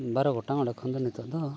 ᱵᱟᱨᱚ ᱜᱚᱴᱟᱝ ᱚᱸᱰᱮ ᱠᱷᱚᱱᱫᱚ ᱱᱤᱛᱚᱜ ᱫᱚ